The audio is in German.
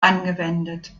angewendet